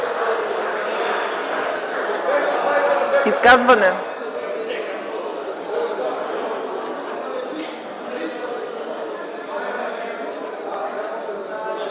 Изказване?